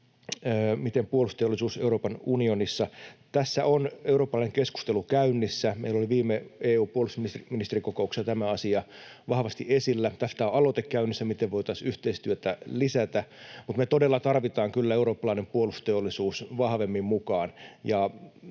miten puolustusteollisuus Euroopan unionissa? Tässä on eurooppalainen keskustelu käynnissä. Meillä oli viime EU:n puolustusministerikokouksessa tämä asia vahvasti esillä. Tästä on aloite käynnissä, miten voitaisiin yhteistyötä lisätä, mutta me todella tarvitaan kyllä eurooppalainen puolustusteollisuus vahvemmin mukaan.